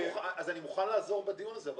אני מוכן לעזור בדיון הזה.